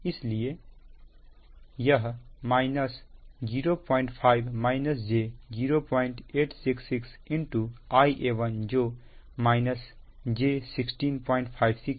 इसलिए यह 05 j 0866 Ia1 जो j1656 है